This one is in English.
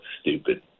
stupid